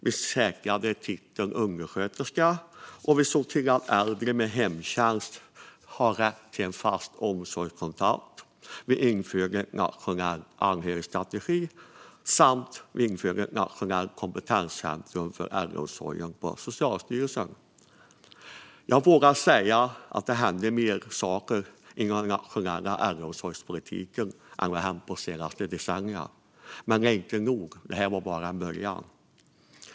Vi säkrade titeln undersköterska och såg till att äldre med hemtjänst fick rätt till en fast omsorgskontakt. Vi införde en nationell anhörigstrategi samt ett nationellt kompetenscentrum för äldreomsorg på Socialstyrelsen. Jag vågar säga att mer hände inom den nationella äldreomsorgspolitiken än vad som hänt på de senaste decennierna, men det är inte nog. Det var bara en början.